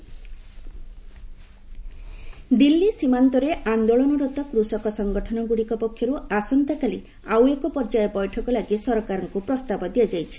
farmers talk Delhi ସୀମାନ୍ତରେ ଆନ୍ଦୋଳନରତ କୃଷକ ସଙ୍ଗଠନଗୁଡ଼ିକ ପକ୍ଷରୁ ଆସନ୍ତାକାଲି ଆଉ ଏକ ପର୍ଯ୍ୟାୟ ବୈଠକ ଲାଗି ସରକାରଙ୍କୁ ପ୍ରସ୍ତାବ ଦିଆଯାଇଛି